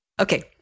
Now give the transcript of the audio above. Okay